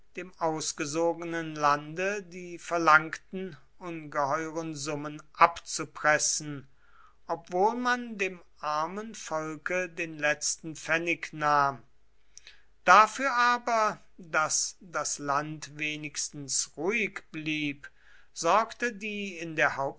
dem ausgesogenen lande die verlangten ungeheuren summen abzupressen obwohl man dem armen volke den letzten pfennig nahm dafür aber daß das land wenigstens ruhig blieb sorgte die in der